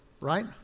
right